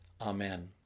Amen